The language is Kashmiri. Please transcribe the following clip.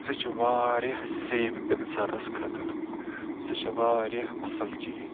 سُہ چھُ واریاہ سیف اِنسانَس خٲطر سہ چھِ واریاہ اصل چیٖز